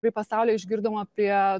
kai pasaulyje išgirdom apie